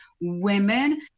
women